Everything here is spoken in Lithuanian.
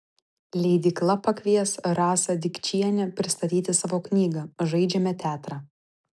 leidykla pakvies rasą dikčienę pristatyti savo knygą žaidžiame teatrą